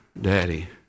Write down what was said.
daddy